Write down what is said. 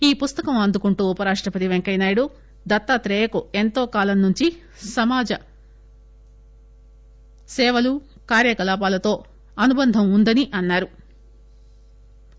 ఈ పుస్తకం ప అందుకుంటూ ఉపరాష్టపతి వెంకయ్యనాయుడు దత్తాత్రేయకు ఎంతో కాలం నుంచి సమాజం సామాజిక కార్యకలాపాలతో అనుబంధం వుందని చెప్పారు